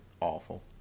awful